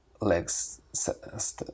legs